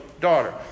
daughter